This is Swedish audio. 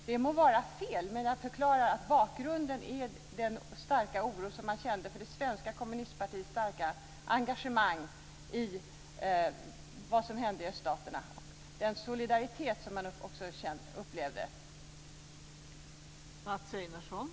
Det må vara fel, men jag förklarar att bakgrunden är den starka oro som man kände för det svenska kommunistpartiets starka engagemang i och solidaritet med vad som hände i öststaterna.